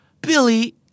Billy